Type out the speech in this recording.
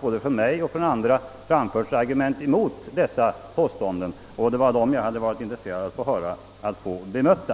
både jag och andra anfört argument mot påståendena, och det var de argumenten jag var intresserad av att få bemöta.